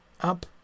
Up